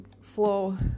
flow